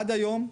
עד היום,